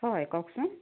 হয় কওকচোন